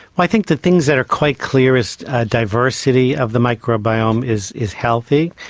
i think the things that are quite clear is diversity of the microbiome is is healthy,